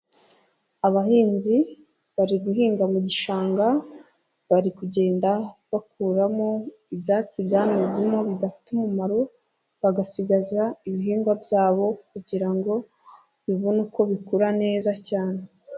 Abahinzi bari guhinga mu gishanga, bari kugenda bakuramo ibyatsi byanyuzemo bidafite umumaro, bagasigaza ibihingwa byabo, kugira ngo bibone uko bikura neza cyane.